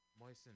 Moisten